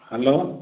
hello